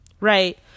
right